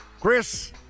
Chris